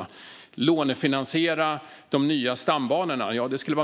Att lånefinansiera de nya stambanorna skulle